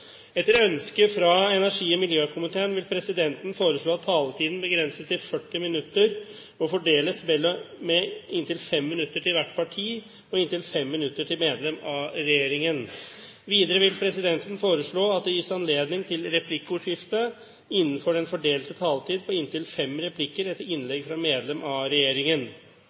Etter ønske fra energi- og miljøkomiteen vil presidenten foreslå at taletiden begrenses til 40 minutter og fordeles med inntil 5 minutter til hvert parti og inntil 5 minutter til medlem av regjeringen. Videre vil presidenten foreslå at det gis anledning til replikkordskifte på inntil fem replikker med svar etter innlegg fra medlem av regjeringen